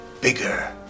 bigger